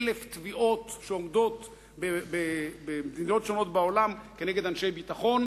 כ-1,000 תביעות שעומדות במדינות שונות בעולם כנגד אנשי ביטחון